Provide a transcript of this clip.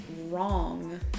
wrong